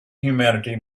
humanity